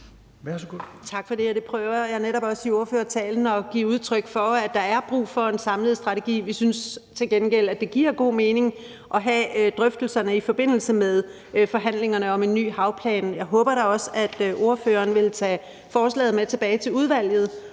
Tak for det. Jeg prøvede netop også i ordførertalen at give udtryk for, at der er brug for en samlet strategi. Vi synes til gengæld, at det giver god mening at have drøftelserne i forbindelse med forhandlingerne om en ny havplan. Jeg håber da også, at ordføreren vil tage forslaget med tilbage til udvalget